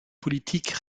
politiques